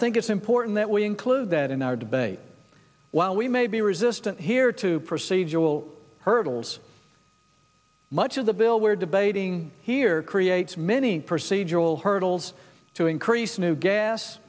think it's important that we include that in our debate while we may be resistant here to procedural hurdles much of the bill we're debating here creates many procedural hurdles to increase new gas